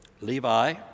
Levi